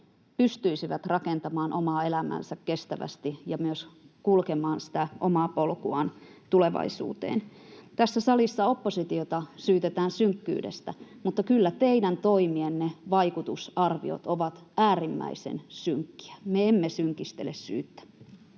pystyisivät rakentamaan omaa elämäänsä kestävästi ja myös kulkemaan sitä omaa polkuaan tulevaisuuteen? Tässä salissa oppositiota syytetään synkkyydestä, mutta kyllä teidän toimienne vaikutusarviot ovat äärimmäisen synkkiä. Me emme synkistele syyttä.